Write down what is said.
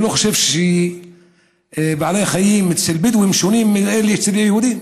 אני לא חושב שבעלי החיים אצל הבדואים שונים מאלה שאצל יהודים,